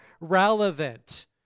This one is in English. relevant